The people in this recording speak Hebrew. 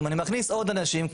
אם אני מכניס עוד אנשים,